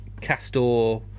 Castor